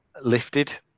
lifted